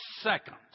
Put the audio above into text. second